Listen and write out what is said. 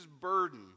burden